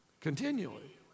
Continually